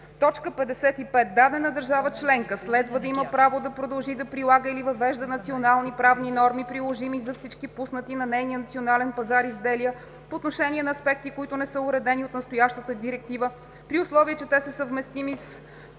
„55. Дадена държава членка следва да има право да продължи да прилага или въвежда национални правни норми, приложими за всички пуснати на нейния национален пазар изделия по отношение на аспекти, които не са уредени от настоящата директива, при условие че те са съвместими с